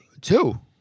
Two